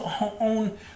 own